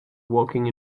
walking